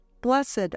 Blessed